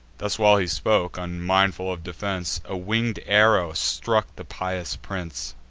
thus while he spoke, unmindful of defense, a winged arrow struck the pious prince.